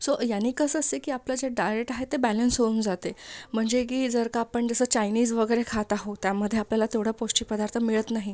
so याने कसं असतं की आपलं जे डायट आहे ते बॅलंस होऊन जाते म्हणजे की जर का आपण जसं चायनीज वगैरे खात आहोत त्यामध्ये आपल्याला तेवढं पौष्टिक पदार्थ मिळत नाही